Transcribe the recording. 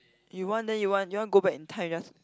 you want then you want you want go back in time you just